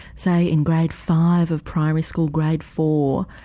say, in grade five of primary school, grade four,